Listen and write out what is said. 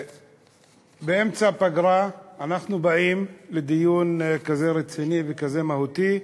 באמצע פגרה אנחנו באים לדיון כזה רציני וכזה מהותי,